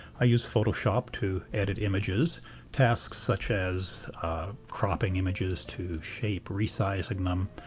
i use photoshop to edit images tasks such as cropping images to shape, resizing them,